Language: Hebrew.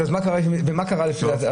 זאת אומרת, אז מה קרה לפי דעתך?